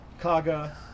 Kaga